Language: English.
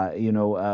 ah you know